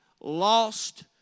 lost